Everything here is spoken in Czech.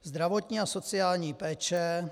Zdravotní a sociální péče.